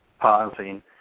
pausing